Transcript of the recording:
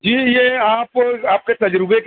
جی یہ آپ آپ کے تجربے کے